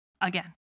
again